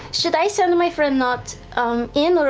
should i send my friend nott um in,